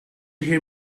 hear